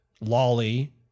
Lolly